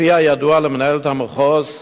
כפי הידוע למנהלת המחוז,